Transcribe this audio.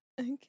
Okay